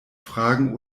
fragen